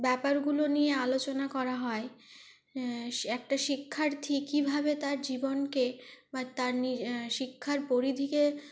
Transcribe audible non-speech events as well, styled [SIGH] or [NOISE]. ব্যাপারগুলো নিয়ে আলোচনা করা হয় একটা শিক্ষার্থী কীভাবে তার জীবনকে বা তার [UNINTELLIGIBLE] শিক্ষার পরিধীকে